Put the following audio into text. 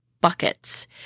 buckets